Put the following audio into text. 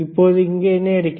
இப்போது இங்கே என்ன இருக்கிறது